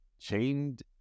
Chained